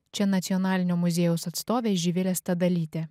čia nacionalinio muziejaus atstovė živilė stadalytė